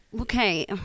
Okay